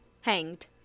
Hanged